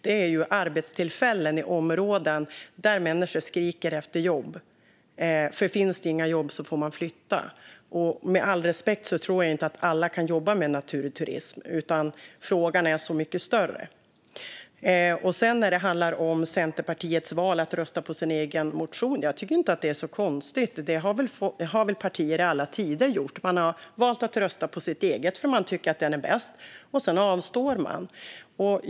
Det är arbetstillfällen i områden där människor skriker efter jobb. Finns det inga jobb får man flytta. Med all respekt tror jag inte att alla kan jobba med naturturism - frågan är så mycket större. Centerpartiets val att rösta på sin egen motion tycker jag inte är så konstigt; det har väl partier gjort i alla tider. Man har valt att rösta på sitt eget förslag därför att man har tyckt att det varit bäst, och sedan har man avstått.